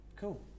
cool